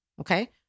Okay